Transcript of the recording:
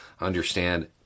understand